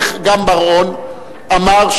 וגם בר-און אמר,